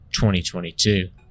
2022